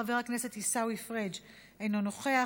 חבר הכנסת עיסאווי פריג' אינו נוכח,